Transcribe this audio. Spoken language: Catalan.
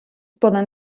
poden